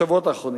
בשבועות האחרונים,